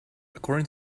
according